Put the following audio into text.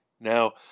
Now